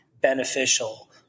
beneficial